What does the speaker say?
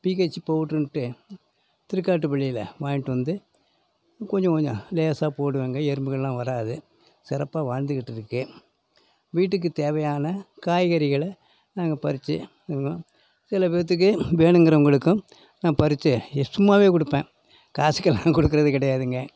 pH பவுட்ருன்ட்டு திருக்காட்டுப்பள்ளியில் வாங்கிவிட்டு வந்து கொஞ்ச கொஞ்சம் லேசாக போடுவேங்க எறும்புகள் எல்லாம் வராது சிறப்பாக வாழ்ந்துக்கிட்டு இருக்கு வீட்டுக்கு தேவையான காய்கறிகளை நாங்கள் பறிச்சு சில பேர்த்துக்கு வேணுங்கிறவங்களுக்கும் நான் பறிச்சு இது சும்மாவே கொடுப்பேன் காசுக்கெல்லாம் கொடுக்குறது கிடையாதுங்க